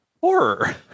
horror